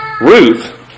Ruth